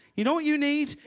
you know what you need?